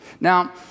Now